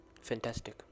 fantastic